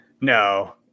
No